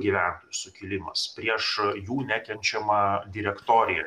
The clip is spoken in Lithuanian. gyventojų sukilimas prieš jų nekenčiamą direktoriją